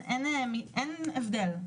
אין הבדל,